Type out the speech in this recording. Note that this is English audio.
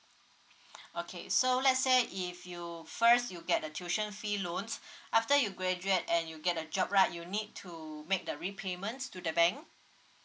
okay so let's say if you first you get the tuition fee loans after you graduate and you get a job right you need to make the repayments to the bank